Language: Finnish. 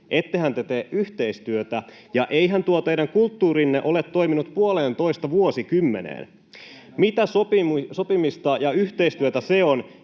ettehän te tee yhteistyötä ja eihän tuo teidän kulttuurinne ole toiminut puoleentoista vuosikymmeneen. Mitä sopimista ja yhteistyötä se on,